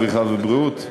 הרווחה והבריאות,